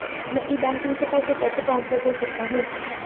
मैं e banking से पैसे कैसे ट्रांसफर कर सकता हूं?